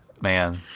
man